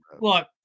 look